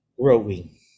growing